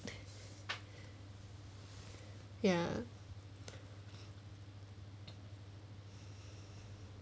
ya